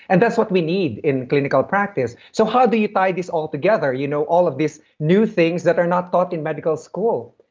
and that's what we need in clinical practice so how do you tie this all together, you know all of these new things that are not taught in medical school,